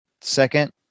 second